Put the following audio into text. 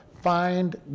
find